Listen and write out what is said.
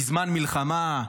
בזמן מלחמה,